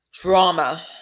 drama